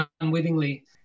unwittingly